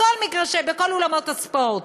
בכל אולמות הספורט.